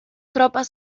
tropas